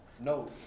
no